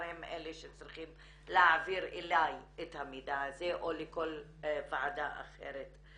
הם אלה שצריכים להעביר אלי את המידע או לכל ועדה אחרת.